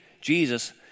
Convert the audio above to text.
Jesus